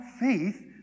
faith